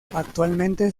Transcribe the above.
actualmente